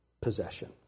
possession